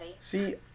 See